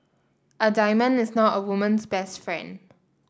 a diamond is not a woman's best friend